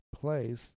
place